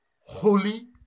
Holy